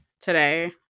today